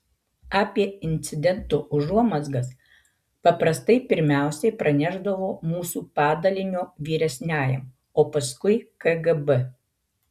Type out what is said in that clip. apie incidento užuomazgas paprastai pirmiausiai pranešdavo mūsų padalinio vyresniajam o paskui kgb